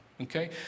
Okay